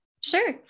Sure